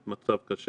המצב שם באמת קשה.